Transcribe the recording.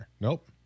Nope